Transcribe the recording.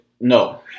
no